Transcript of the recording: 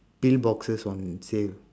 pill boxes on sale